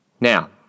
Now